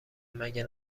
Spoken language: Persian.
مگه